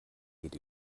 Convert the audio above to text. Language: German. geht